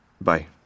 Bye